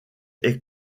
est